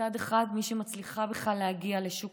מצד אחד, מי מצליחה בכלל להגיע לשוק